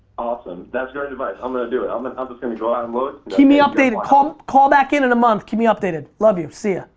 awesome, that's great advice. i'm gonna do it. i'm and just gonna go out and look keep me updated. call um call back in in a month. keep me updated. love you, see ya.